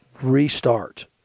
restart